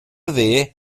dde